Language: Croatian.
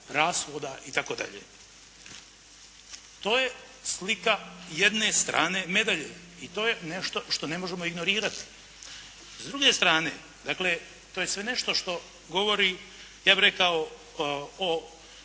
rashoda itd. To je slika jedne strane medalje. I to je nešto što ne možemo ignorirati. S druge strane, to je sve nešto što govori ja bi rekao o